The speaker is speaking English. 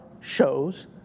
shows